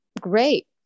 great